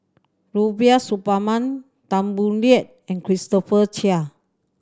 Rubiah Suparman Tan Boo Liat and Christopher Chia